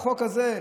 בחוק הזה,